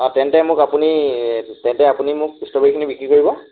অঁ তেন্তে মোক আপুনি তেন্তে আপুনি মোক ষ্ট্ৰবেৰীখিনি বিক্ৰী কৰিব